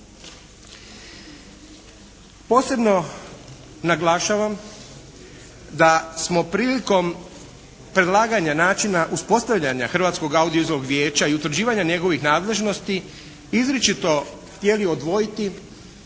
Posebno naglašavam da smo prilikom predlaganja načina uspostavljanja hrvatskog audio-vizualnog vijeća i utvrđivanja njegovih nadležnosti izričito htjeli odvojiti